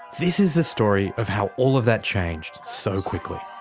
this is the story of how all of that changed so quickly.